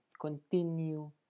continue